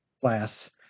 class